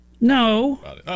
No